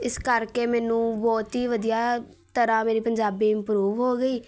ਇਸ ਕਰਕੇ ਮੈਨੂੰ ਬਹੁਤ ਹੀ ਵਧੀਆ ਤਰ੍ਹਾਂ ਮੇਰੀ ਪੰਜਾਬੀ ਇੰਪਰੂਵ ਹੋ ਗਈ